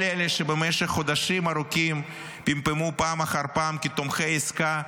כל אלה שבמשך חודשים ארוכים פמפמו פעם אחר פעם כי תומכי העסקה,